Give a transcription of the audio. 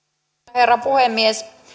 herra puhemies